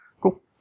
Cool